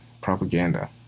propaganda